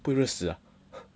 不热死 ah